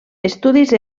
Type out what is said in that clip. estudis